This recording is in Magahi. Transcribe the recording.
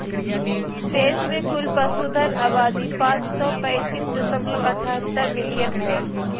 देश में कुल पशुधन आबादी पांच सौ पैतीस दशमलव अठहतर मिलियन हइ